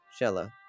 Shella